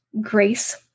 grace